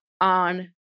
on